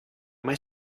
mai